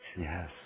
Yes